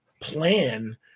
plan